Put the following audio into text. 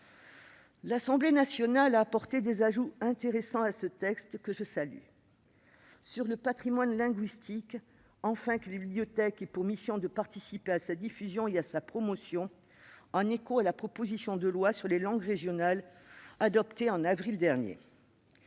L'Assemblée nationale a apporté à ce texte des ajouts intéressants, que je salue : sur le patrimoine linguistique, afin que les bibliothèques aient pour mission de participer à sa diffusion et à sa promotion, en écho à la proposition de loi sur les langues régionales adoptée en avril dernier